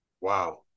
Wow